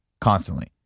constantly